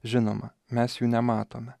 žinoma mes jų nematome